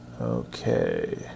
Okay